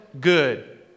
good